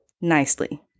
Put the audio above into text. nicely